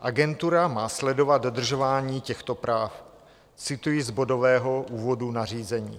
Agentura má sledovat dodržování těchto práv, cituji z bodového úvodu nařízení: